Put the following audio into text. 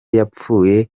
yapfuye